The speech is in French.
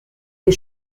les